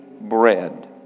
bread